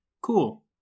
Cool